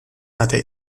hatte